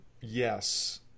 yes